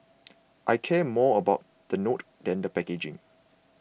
I care more about the note than the packaging